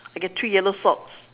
I get three yellow socks